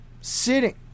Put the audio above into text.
sitting